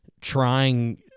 trying